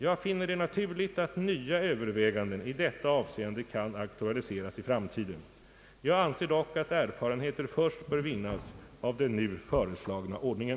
Jag finner det naturligt att nya överväganden i detta avseende kan aktualiseras i framtiden. Jag anser dock att erfarenheter först bör vinnas av den nu föreslagna ordningen.